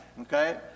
Okay